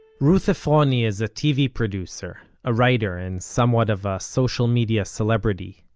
ruth efroni is a tv producer, a writer and somewhat of a social media celebrity.